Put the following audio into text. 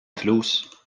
flus